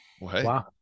Wow